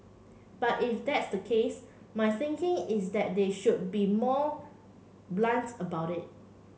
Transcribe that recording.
but if that's the case my thinking is that they should be more blunts about it